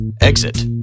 exit